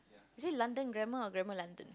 is it London grammar or grammar London